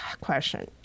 question